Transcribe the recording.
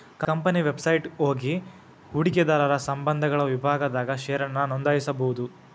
company website ಹೋಗಿ ಹೂಡಕಿದಾರರ ಸಂಬಂಧಗಳ ವಿಭಾಗದಾಗ ಷೇರನ್ನ ನೋಂದಾಯಿಸಬೋದು